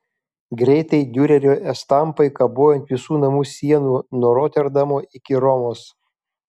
greitai diurerio estampai kabojo ant visų namų sienų nuo roterdamo iki romos